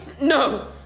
No